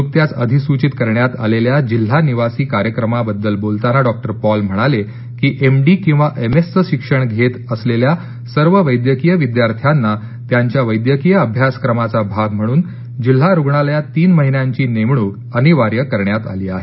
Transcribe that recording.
नृकत्याच अधिसूचित करण्यात आलेल्या जिल्हा निवासी कार्यक्रमाबद्दल बोलताना डॉ पॉल म्हणाले की एम डी किवा एम एस चं शिक्षण घेत असलेल्या सर्व वैद्यकीय विद्यार्थ्यांना त्यांच्या वैद्यकीय अभ्यासक्रमाच्या भाग म्हणून जिल्हा रुग्णालयात तीन महिन्यांची नेमणूक अनिवार्य करण्यात आली आहे